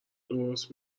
درست